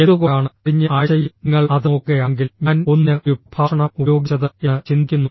എന്തുകൊണ്ടാണ് കഴിഞ്ഞ ആഴ്ചയിൽ നിങ്ങൾ അത് നോക്കുകയാണെങ്കിൽ ഞാൻ ഒന്നിന് ഒരു പ്രഭാഷണം ഉപയോഗിച്ചത് എന്ന് ചിന്തിക്കുന്നു